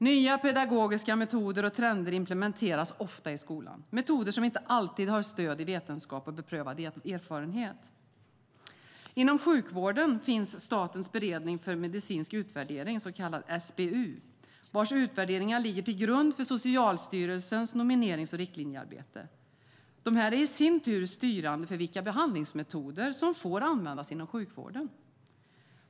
Nya pedagogiska metoder och trender implementeras ofta i skolan, metoder som inte alltid har stöd i vetenskap och beprövad erfarenhet. Inom sjukvården finns Statens beredning för medicinsk utvärdering, SBU, vars utvärderingar ligger till grund för Socialstyrelsens normerings och riktlinjearbete. Dessa är i sin tur styrande för vilka behandlingsmetoder som får användas inom sjukvården.